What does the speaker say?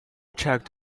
checked